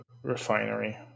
refinery